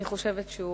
אני חושבת שהוא